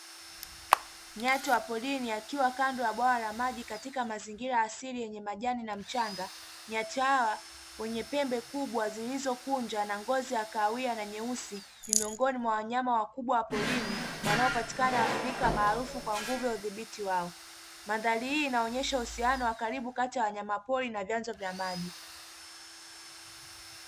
Nyati wa porini akiwa kando ya bwawa la maji katika mazingira ya asili yenye majani na mchanga. Nyati hawa wenye pembe kubwa zilizokunja na ngozi ya kahawia na nyeusi, ni miongoni mwa wanyama wakubwa wa porini wanaopatikana Afrika maarufu kwa nguvu ya udhibiti wao. Mandhari hii inaonesha uhusiano wa karibu kati ya wanyama pori na vyanzo vya maji.